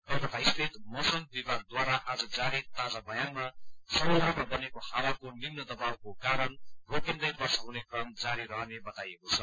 कलकता स्थित मौसम विभागद्वारा आज जारी ताजा बयानमा समुद्रमा बनेको हावाको निम्न दबावको कारण रोकिन्दै वर्षा हुने क्रम जारी रहने बताइएको छ